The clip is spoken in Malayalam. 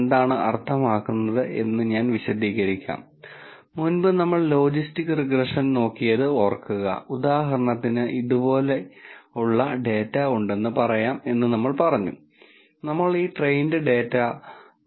നമ്മൾ ടെക്നിക്കുകളിലേക്ക് കടക്കുന്നതിന് മുമ്പ് ഡാറ്റാ സയൻസിനെ നോക്കുന്നതിനുള്ള രസകരമായ ചില വഴികൾ പരിചയപ്പെടുത്താനും വിശാലമായ സന്ദർഭത്തിൽ ഈ ടെക്നിക്കുകൾ എന്താണ് ചെയ്യുന്നതെന്നും ഡാറ്റാ സയൻസ് പ്രോബ്ളങ്ങളെ കുറിച്ച് ഒരാൾ എങ്ങനെ ചിന്തിക്കണമെന്നും മനസ്സിലാക്കാൻ ഞാൻ ആഗ്രഹിക്കുന്നു